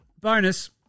bonus